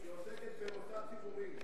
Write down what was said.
שעוסקת במוסד ציבורי.